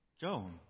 Joan